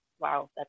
Wow